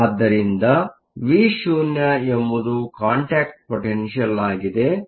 ಆದ್ದರಿಂದV0 ಎಂಬುದು ಕಾಂಟ್ಯಾಕ್ಟ್ ಪೊಟೆನ್ಷಿಯಲ್Contact Potential ಆಗಿದೆ